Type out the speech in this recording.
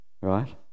right